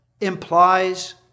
implies